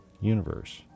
universe